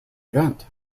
event